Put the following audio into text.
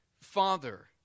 Father